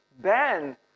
banned